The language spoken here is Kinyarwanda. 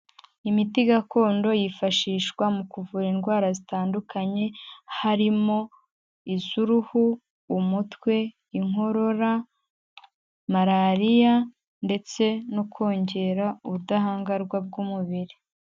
Imiti gakondo yifashishwa mu kuvura indwara zitandukanye, harimo iz'uruhu, umutwe, inkorora, marariya ndetse no kongera ubudahangarwa bw'umubiri.